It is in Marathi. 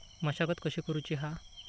मशागत कशी करूची हा?